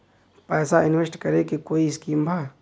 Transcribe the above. पैसा इंवेस्ट करे के कोई स्कीम बा?